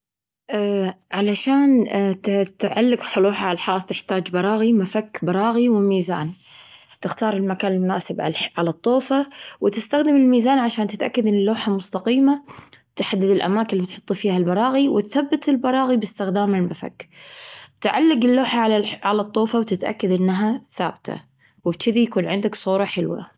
علشان تت-تعلق لوحة على الحائط. تحتاج براغي، مفك براغي وميزان. تختار المكان المناسب على الح-الطوفة وتستخدم الميزان عشان تتأكد أن اللوحة مستقيمة. تحدد الأماكن اللي فيها البراغي وتثبت البراغي باستخدام المفك. تعلج اللوحة على الح- على الطوفة وتتأكد أنها ثابتة. وبشذي يكون عندك صورة حلوة.